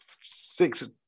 six